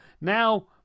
now